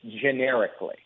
generically